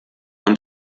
und